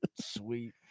sweet